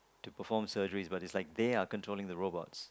to perform surgeries but is like they are controlling to robots